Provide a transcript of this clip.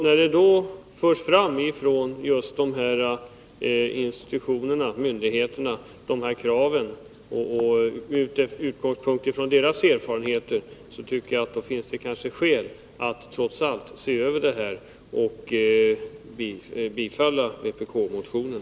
När dessa krav förs fram från just de myndigheter som har erfarenhet av verksamheten, tycker jag att det finns skäl att se över förhållandena och bifalla vpk-motionen.